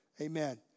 Amen